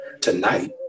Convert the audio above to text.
Tonight